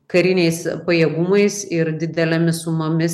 kariniais pajėgumais ir didelėmis sumomis